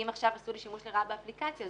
אם עכשיו יעשו שימוש לרעה באפליקציה,